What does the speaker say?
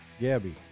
Gabby